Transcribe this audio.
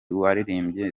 waririmbye